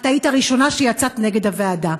את היית הראשונה שיצאה נגד הוועדה.